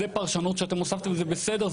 זאת פרשנות שאתם הוספתם וזה בסדר,